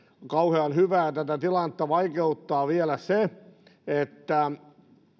kauhean hyvä tätä tilannetta vaikeuttaa vielä se että